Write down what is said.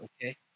okay